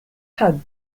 how